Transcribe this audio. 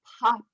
pop